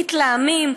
מתלהמים,